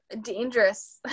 dangerous